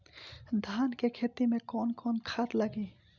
धान के खेती में कवन कवन खाद लागी?